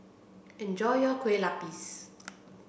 enjoy your Kueh Lupis